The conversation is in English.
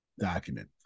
document